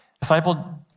Disciple